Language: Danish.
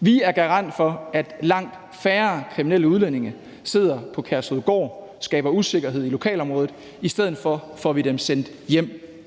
Vi er garant for, at langt færre kriminelle udlændinge sidder på Kærshovedgård og skaber usikkerhed i lokalområdet; i stedet for får vi dem sendt hjem.